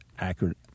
accurate